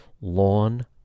lawn